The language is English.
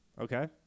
okay